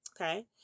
Okay